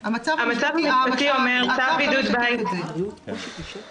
משלמת הכול, ונשב על הסכם קיבוצי, יש לנו זמן.